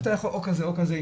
או כזה או כזה,